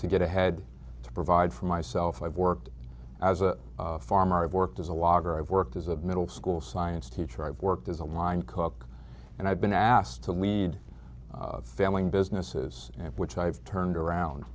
to get ahead to provide for myself i've worked as a farmer i've worked as a logger i've worked as a middle school science teacher i've worked as a line cook and i've been asked to lead family businesses which i've turned around